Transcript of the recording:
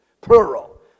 plural